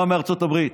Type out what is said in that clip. הוא בא מארצות הברית,